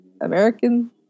American